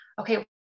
okay